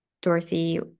Dorothy